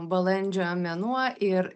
balandžio mėnuo ir